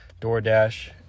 DoorDash